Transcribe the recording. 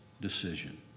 decision